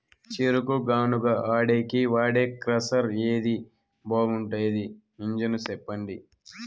చెరుకు గానుగ ఆడేకి వాడే క్రషర్ ఏది బాగుండేది ఇంజను చెప్పండి?